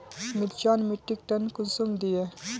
मिर्चान मिट्टीक टन कुंसम दिए?